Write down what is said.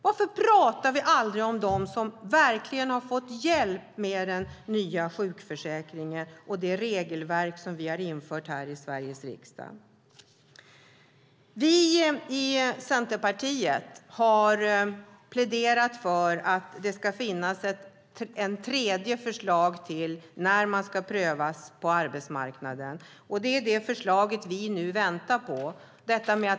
Varför pratar vi aldrig om dem som verkligen har fått hjälp med den nya sjukförsäkringen och det regelverk som vi här i Sveriges riksdag har infört? Vi i Centerpartiet har pläderat för att det ska finnas ett tredje förslag på när man ska prövas på arbetsmarknaden. Det är det förslaget vi väntar på nu.